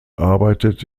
arbeitet